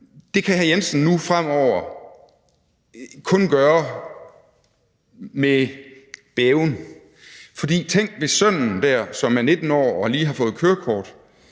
– kan hr. Jensen nu fremover kun gøre det med bæven. For tænk, hvis sønnen, som er 19 år og lige har fået kørekort,